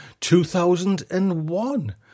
2001